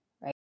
right